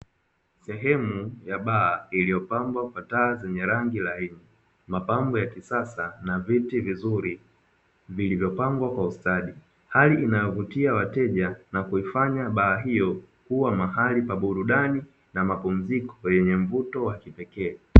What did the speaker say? Sehemu ya baa iliyopambwa kwa taa zenye rangi laini, mapambo ya kisasa na viti vizuri vilivyopangwa kwa ustadi, hali inayovutia wateja na kuifanya baa hiyo kuwa mahali pa burudani na mapumziko yenye mvuto wa kipekee